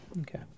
okay